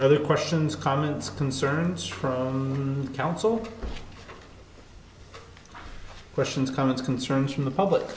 other questions comments concerns troian council questions comments concerns from the public